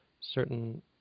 certain